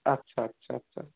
আচ্ছা আচ্ছা আচ্ছা